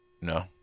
No